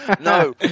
no